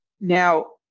Now